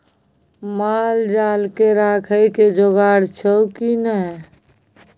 माल जाल राखय के जोगाड़ छौ की नै